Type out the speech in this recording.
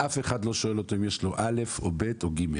אף אחד לא שואל אותו אם יש לו א' או ב' או ג'.